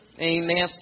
Amen